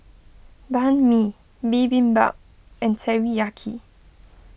Banh Mi Bibimbap and Teriyaki